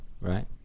right